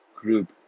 group